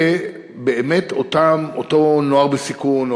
אותו נוער בסיכון,